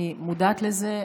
אני מודעת לזה.